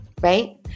right